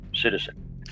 citizen